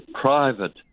private